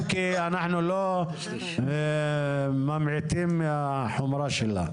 אם כי אנחנו לא ממעיטים מהחומרה שלה.